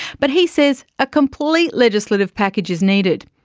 but he says a complete legislative package is needed,